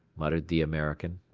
muttered the american.